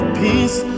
peace